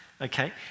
Okay